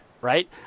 right